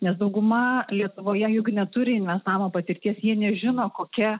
nes dauguma lietuvoje juk neturi investavimo patirties jie nežino kokia